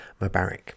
Mubarak